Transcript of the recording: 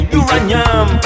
uranium